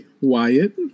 Wyatt